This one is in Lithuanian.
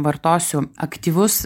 vartosiu aktyvus